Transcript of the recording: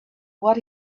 what